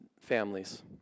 families